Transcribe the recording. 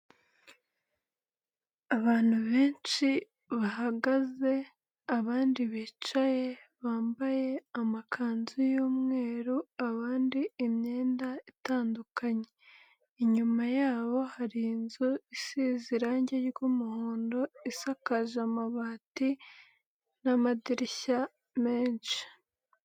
Abantu benshi bahagaze abandi bicaye, bambaye amakanzu y'umweru abandi imyenda itandukanye, inyuma yabo hari inzu isize irangi ry'umuhondo, isakaje amabati n'amadirishya menshi.